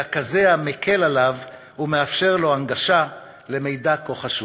אלא כזה המקל עליו ומאפשר לו גישה למידע כה חשוב.